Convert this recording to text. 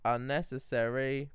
Unnecessary